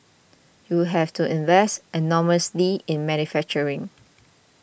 you have to invest enormously in manufacturing